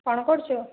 କ'ଣ କରୁଛୁ